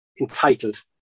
entitled